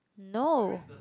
no